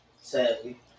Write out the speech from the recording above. sadly